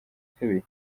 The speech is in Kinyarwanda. kabiri